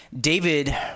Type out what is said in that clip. David